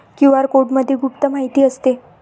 QR कोडमध्ये गुप्त माहिती असते